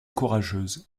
courageuse